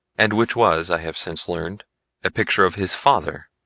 and which was i have since learned a picture of his father,